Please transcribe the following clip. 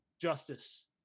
justice